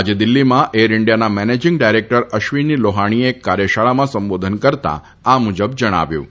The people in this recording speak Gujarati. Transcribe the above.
આજે દિલ્હીમાં એર ઇન્ડિયાના મેનેજીંગ ડાયરેક્ટર અશ્વીની લોફાણીએ એક કાર્યશાળામાં સંબોધન કરતા આ મુજબ જણાવ્યું હતું